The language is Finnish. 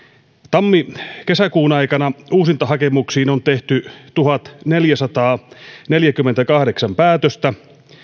tammi kesäkuun aikana uusintahakemuksiin on tehty tuhatneljäsataaneljäkymmentäkahdeksan päätöstä